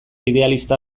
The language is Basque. idealista